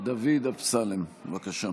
דוד אמסלם, בבקשה.